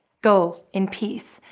go in peace.